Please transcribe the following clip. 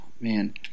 man